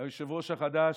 היושב-ראש החדש,